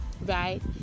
right